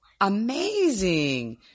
amazing